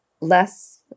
less